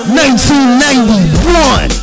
1991